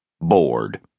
bored